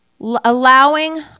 allowing